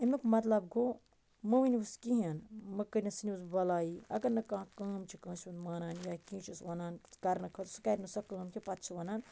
امیُک مطلب گوٚو مہٕ ونہوس کِہیٖنۍ مہَ کٔنِس ژِھنِہوس بَلایی اگر نہٕ کانٛہہ کٲم چھِ کٲنٛسہِ ہُنٛد مانان یا کیٚنٛہہ چھُس وَنان کرنہٕ خٲ سُہ کَرِ نہٕ سۄ کٲم کیٚنٛہہ پتہٕ چھُ وَنان